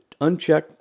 uncheck